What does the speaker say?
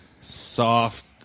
soft